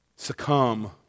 succumb